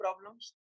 problems